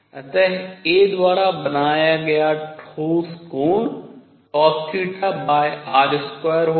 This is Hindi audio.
अत a द्वारा बनाया गया ठोस कोण cosθr2 होगा